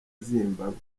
zimbabwe